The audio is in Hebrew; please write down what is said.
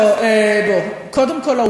קודם כול,